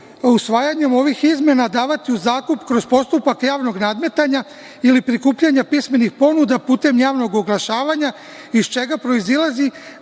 usvajanjem ovih izmena davati u zakup kroz postupak javnog nadmetanja ili prikupljanja pismenih ponuda putem javnog oglašavanja, iz čega proizilazi